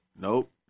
nope